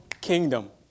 kingdom